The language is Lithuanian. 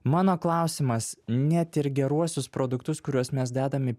mano klausimas net ir geruosius produktus kuriuos mes dedam į